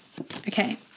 okay